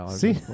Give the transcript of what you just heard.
See